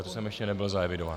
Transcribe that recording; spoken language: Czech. To jsem ještě nebyl zaevidován.